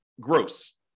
gross